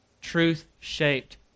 truth-shaped